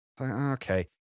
Okay